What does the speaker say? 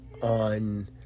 on